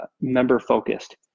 member-focused